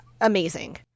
amazing